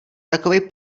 takovej